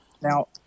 Now